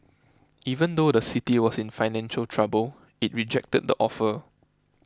even though the city was in financial trouble it rejected the offer